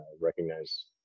recognize